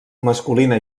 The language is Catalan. masculina